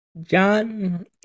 John